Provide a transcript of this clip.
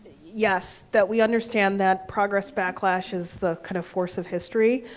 yes, that we understand that progress backlash is the kind of force of history.